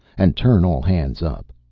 and turn all hands up.